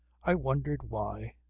i wondered why.